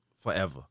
forever